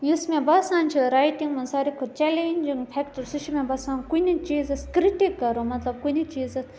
یُس مےٚ باسان چھِ رایٹِنٛگ منٛز ساروی کھۄتہٕ چیَلینجِنٛگ فیٚکٹر سُہ چھُ مےٚ باسان کُنہِ چیٖزَس کِرٹِیٖک کَرن مطلب کُنہِ چیٖزَس